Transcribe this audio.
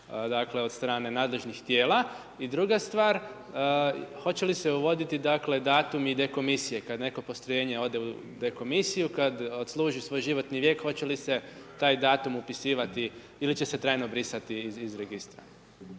samo od strane nadležnih tijela i druga stvar hoće li se uvoditi datumi dekomisije, kada neko postrojenje ode u dekomisiju, kada odsluži svoj životni vijek, hoće li se taj datum upisivati ili će se trajno brisati iz registra.